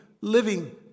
living